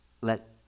Let